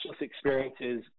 experiences